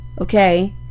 Okay